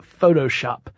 Photoshop